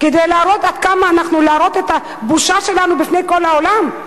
כדי להראות את הבושה שלנו בפני כל העולם?